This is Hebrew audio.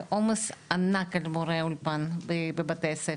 זה עומס ענק על מורה באולפן ובבתי הספר.